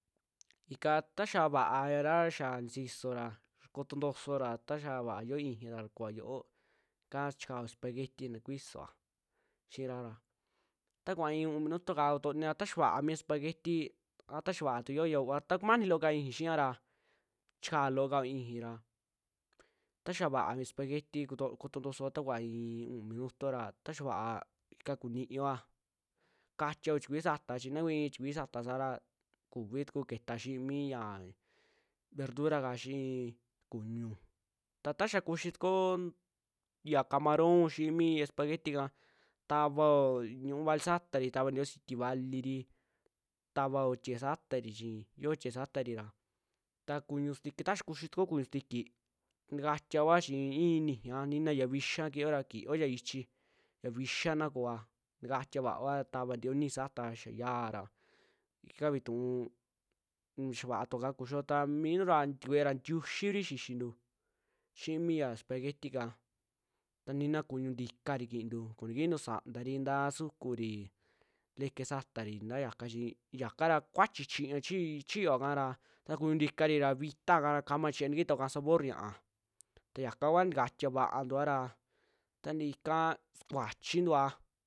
Ika taa xaa va'ara xiaa nisisora kotontosoora ta xaa vaa yoo ixii ra takuvaa xiuuo ika chikao espagueti na kuiisoa xira ra takuvaa i'i u'un minuti kaa kutonio ta xaa vaami espaguieti, a ta yaa vaa tu yo'o ya u'uvaa, ta kumanii loo ka ixii xiaara, chikaa lookao ixii ra ta yaa vaa mi espagueti kotontosoa takuaa i'i u'un minutuora ta xaa va'a ika kuniiyoa, kaatiao tikuii saata chi na kuii tikuii sata saa ra kuvi tuku keeta xii miya ya verduraka xii kuñu, ta taa xaa kuxitukuo ya camaron xii mi espaguetika, tavao ñuu vali saatari tavantioo sitivaliri, tavao tiee satari chi yo tiee satari ra, ta kuñu sintiki ta ya kuxitukuo kuñu sintiki tikatiaoa chi iin nijii xiaa nina yaa vixaa kio, ra kiiyo ya ichi chi ya vixaa na kua takaxia vaaoa tava ntiyo niji saataa ta xaa yiaara ika vituu xaa kaa tua kaa kuxio, ta mintu ra tikuee ra ntiuxi kuri xixintu xi'i mi ya espaguetika, ta nina kuñu ntikari kintuu koo nikintu saantari nta sukuri, leke satari tayaka chi yakara kuachi chiña chiyoakara ta kuñu ntikari ra vitaaka ra kamachiña ntikia ika sabor ña'a, ta yakakua ntakatia vaanyua ra taantii ika sukuachintua.